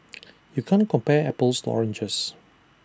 you can't compare apples to oranges